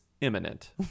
imminent